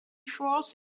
force